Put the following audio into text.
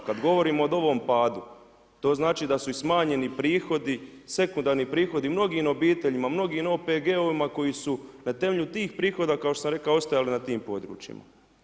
Kad govorimo o novom padu, to znači da su i smanjeni prihodi, sekundarni prihodi mnogim obiteljima, mnogim OPG-ovima koji su na temelju tih prihoda kao što sam rekao, ostajali na tim područjima.